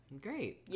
Great